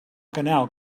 canal